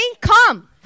Come